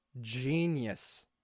genius